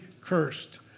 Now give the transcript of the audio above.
cursed